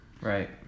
Right